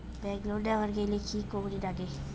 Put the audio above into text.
Bank loan নেওয়ার গেইলে কি করীর নাগে?